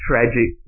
Tragic